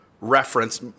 reference